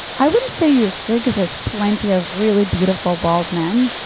i wouldn't say you're screwed because there's plenty of really beautiful bald men,